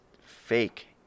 fake